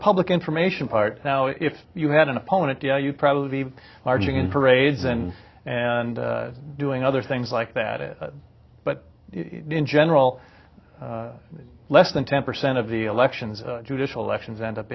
public information part now if you had an opponent yeah you'd probably be marching in parades and and doing other things like that it but in general less than ten percent of the elections judicial elections end up